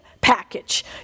package